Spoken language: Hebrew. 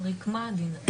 רקמה עדינה.